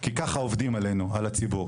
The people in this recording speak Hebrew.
כי ככה עובדים עלינו, על הציבור.